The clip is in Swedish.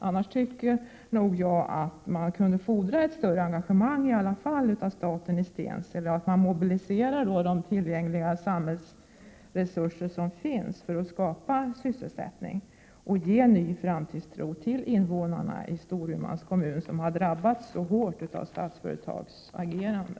Jag tycker att man kunde fordra ett större engagemang från staten i Stensele, så att man mobiliserar de samhällsresurser som finns för att skapa sysselsättning och ge ny framtidstro till invånarna i Storumans kommun, som har drabbats hårt av Statsföretags agerande.